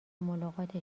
ملاقات